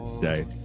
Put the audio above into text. day